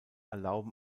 erlaubten